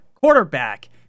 quarterback